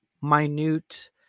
minute